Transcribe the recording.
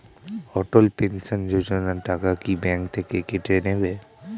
অটল pension Yojana টাকা কি bank থেকে কেটে নেবে?